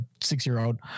six-year-old